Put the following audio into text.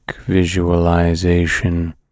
visualization